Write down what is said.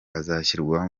azashyirwa